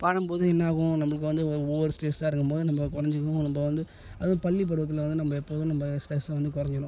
பாடும் போது என்னாகும் நம்மளுக்கு வந்து ஒ ஓவர் ஸ்ட்ரெஸ்ஸாக இருக்கும் போது நம்ம குறைஞ்சிக்கும் நம்ம வந்து அதுவும் பள்ளி பருவத்தில் வந்து நம்ம எப்போதும் நம்ம ஸ்ட்ரெஸ்ஸை வந்து குறைஞ்சிடும்